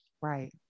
Right